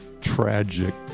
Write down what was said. tragic